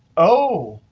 oh,